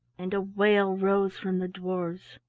and a wail arose from the dwarfs.